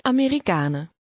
Amerikanen